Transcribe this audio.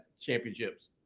championships